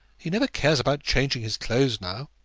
he never cares about changing his clothes now.